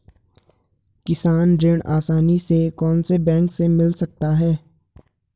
किसान ऋण आसानी से कौनसे बैंक से मिल सकता है?